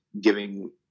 giving